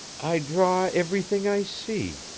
i draw everything i see,